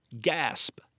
gasp